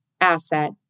asset